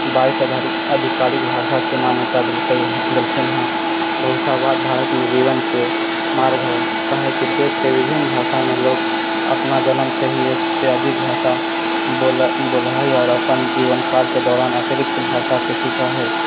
बाइस आधिकारिक भाषाके मान्यता देलखिन हँ बहु भाषावाद भारतमे जीवनके मार्ग हइ काहेकि देशके विभिन्न भाषामे लोग अपना जन्मसे ही एकसे अधिक भाषा बोले हइ आओर अपन जीवनकालके दौरान अतिरिक्त भाषा के सीखैत हइ